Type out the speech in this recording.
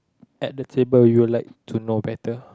at the table you'll like to know better